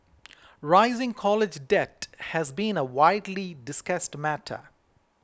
rising college debt has been a widely discussed matter